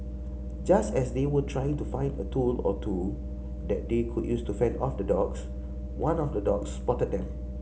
just as they were trying to find a tool or two that they could use to fend off the dogs one of the dogs spotted them